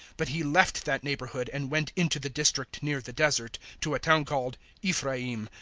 but he left that neighbourhood and went into the district near the desert, to a town called ephraim,